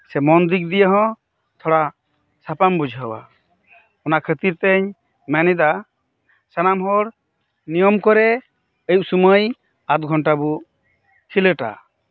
ᱥᱮ ᱢᱚᱱ ᱫᱤᱠ ᱫᱤᱭᱮ ᱦᱚᱸ ᱛᱷᱚᱲᱟ ᱥᱟᱯᱟᱢ ᱵᱩᱡᱷᱟᱹᱣᱟ ᱚᱱᱟ ᱠᱷᱟᱛᱤᱨ ᱛᱤᱧ ᱢᱮᱱ ᱮᱫᱟ ᱥᱟᱱᱟᱢ ᱦᱚᱲ ᱱᱤᱭᱚᱢ ᱠᱚᱨᱮ ᱟᱭᱩᱵ ᱥᱚᱢᱚᱭ ᱟᱫᱷ ᱜᱷᱚᱱᱴᱟ ᱵᱚ ᱠᱷᱮᱞᱳᱰᱟ